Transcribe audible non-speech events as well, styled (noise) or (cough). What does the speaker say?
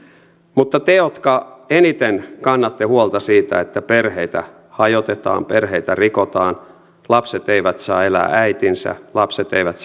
mutta eikö teitä jotka eniten kannatte huolta siitä että perheitä hajotetaan perheitä rikotaan lapset eivät saa elää äitinsä lapset eivät (unintelligible)